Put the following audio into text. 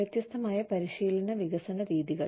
വ്യത്യസ്തമായ പരിശീലന വികസന രീതികൾ